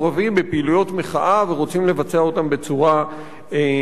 בפעילויות מחאה ורוצים לבצע אותן בצורה דמוקרטית,